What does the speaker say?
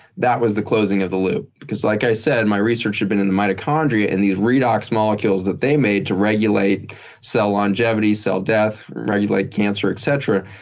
that was the closing of the loop because, like i said, my research had been in the mitochondria in these redox molecules that they made to regulate cell longevity, cell death, death, regulate cancer, et cetera.